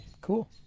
Cool